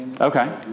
Okay